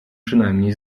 przynajmniej